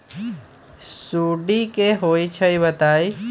सुडी क होई छई बताई?